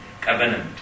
covenant